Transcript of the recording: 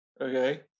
Okay